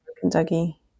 Kentucky